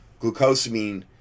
glucosamine